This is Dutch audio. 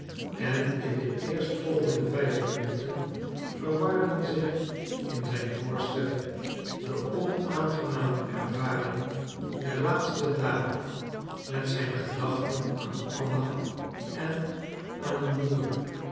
en in de eerstvolgende vijf minuten verwarden zich in zijn voorstelling de onaangename ervaringen der laatste dagen met zijn gedachten aan anna en aan een boer